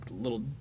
little